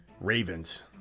Ravens